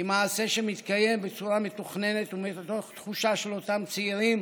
היא מעשה שמתקיים בצורה מתוכננת ומתוך תחושה של אותם צעירים